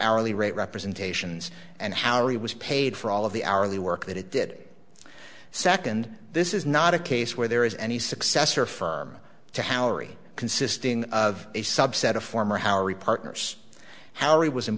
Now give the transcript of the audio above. hourly rate representations and how he was paid for all of the hourly work that it did second this is not a case where there is any successor firm to how aree consisting of a subset of former how re partners how he was i